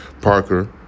Parker